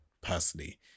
personally